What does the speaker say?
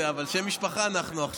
אבל אנחנו בשם משפחה עכשיו.